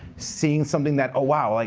seeing something that, oh wow,